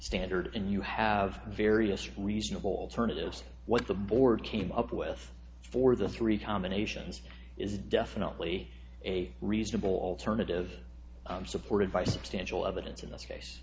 standard and you have various reasonable alternatives what the board came up with for the three tomba nations is definitely a reasonable alternative supported by substantial evidence in th